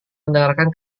mendengarkan